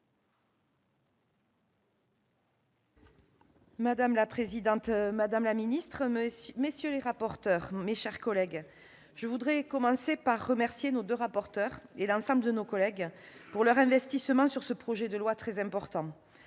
Madame la présidente, madame la garde des sceaux, mes chers collègues, je voudrais commencer par remercier nos deux rapporteurs et l'ensemble de nos collègues de leur investissement sur ce projet de loi très important.